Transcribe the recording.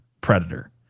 predator